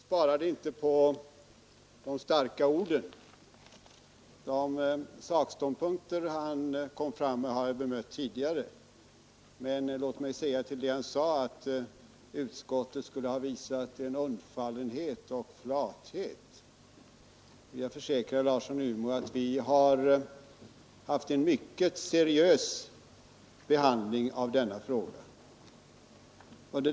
Herr talman! Herr Larsson i Umeå sparade inte på de starka orden. De ståndpunkter han framförde har jag bemött tidigare. Men när han säger att utskottet skulle ha visat undfallenhet och flathet vill jag försäkra herr Larsson i Umeå att vi har haft en mycket seriös behandling av denna fråga.